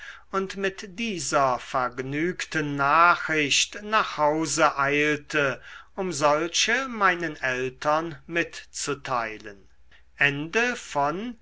und mit dieser vergnügten nachricht nach hause eilte um solche meinen eltern mitzuteilen